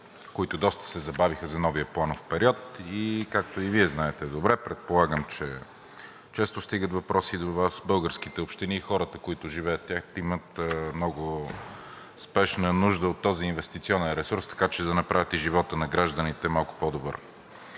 които доста се забавиха за новия планов период, и както и Вие знаете добре, предполагам, че често стигат въпроси до Вас, българските общини и хората, които живеят в тях, имат много спешна нужда от този инвестиционен ресурс, така че да направят живота на гражданите малко по-добър.